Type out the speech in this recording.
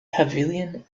pavilion